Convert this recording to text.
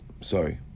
sorry